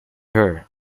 her